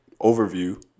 overview